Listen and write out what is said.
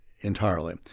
entirely